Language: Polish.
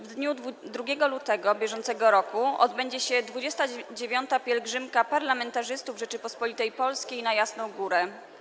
W dniu 2 lutego br. odbędzie się 29. pielgrzymka parlamentarzystów Rzeczypospolitej Polskiej na Jasną Górę.